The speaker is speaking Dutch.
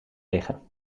liggen